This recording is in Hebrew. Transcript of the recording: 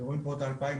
אתם רואים פה את ה-2,200?